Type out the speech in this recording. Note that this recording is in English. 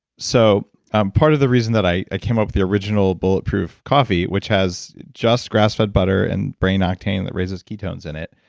so part of the reason that i came up with the original bulletproof coffee, which has just grassfed butter and brain octane that raises ketones in it,